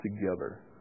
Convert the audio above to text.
together